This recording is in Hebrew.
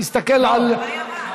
אני אסתכל על,